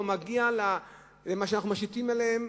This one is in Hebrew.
זה לא מגיע למה שאנחנו משיתים עליהם,